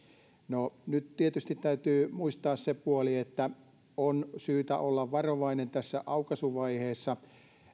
no nyt tietysti täytyy muistaa se puoli että on syytä olla varovainen tässä aukaisuvaiheessa